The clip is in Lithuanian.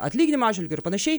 atlyginimo atžvilgiu ir panašiai